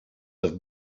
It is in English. have